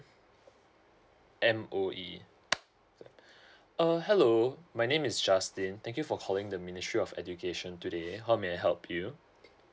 M_O_E oh hello my name is justin thank you for calling the ministry of education today how may I help you